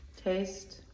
taste